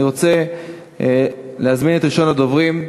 אני רוצה להזמין את ראשון הדוברים,